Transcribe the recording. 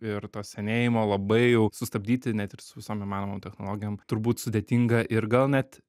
ir to senėjimo labai jau sustabdyti net ir su visom įmanomom technologijom turbūt sudėtinga ir gal net